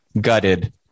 gutted